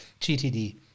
gtd